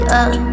up